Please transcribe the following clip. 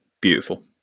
beautiful